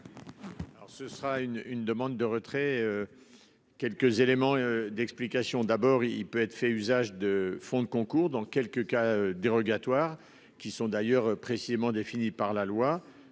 ce sera une une demande de retrait. Quelques éléments d'explication, d'abord il peut être fait usage de fonds de concours dans quelques cas dérogatoires qui sont d'ailleurs précisément défini par la loi